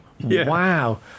Wow